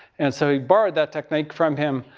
and so he borrowed that technique from him.